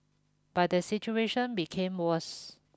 but the situation became worse